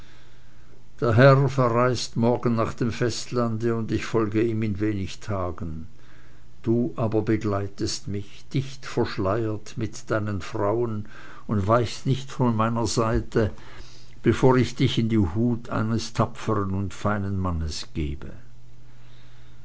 der herr verreist morgen nach dem festlande und ich folge ihm in wenig tagen du aber begleitest mich dicht verschleiert mit deinen frauen und weichst nicht von meiner seite bevor ich dich in die hut eines tapfern und feinen mannes gebe